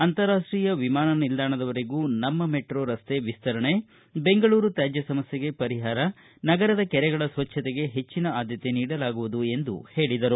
ಅಂತರಾಷ್ಟೀಯ ವಿಮಾನ ನಿಲ್ದಾಣದವರೆಗೂ ನಮ್ಮ ಮೆಟ್ರೋ ರಸ್ತೆ ವಿಸ್ತರಣೆ ಬೆಂಗಳೂರು ತ್ಯಾಜ್ಯ ಸಮಸ್ಥೆಗೆ ಪರಿಹಾರ ನಗರದ ಕೆರೆಗಳ ಸ್ವಚ್ಚತೆಗೆ ಹೆಚ್ಚಿನ ಆದ್ಯತೆ ನೀಡಲಾಗುವುದು ಎಂದು ಹೇಳಿದರು